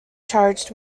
charged